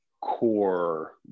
core